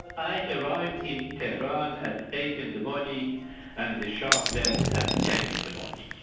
i arrived in teheran at eight in the morning and the shah left at ten in the morning.